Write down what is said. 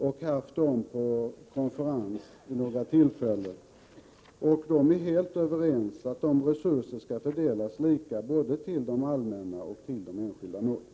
Dessa har vid några tillfällen kallats till konferens, och de är helt överens om att resurserna skall fördelas lika. Det gäller både de allmänna och de enskilda målen.